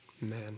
Man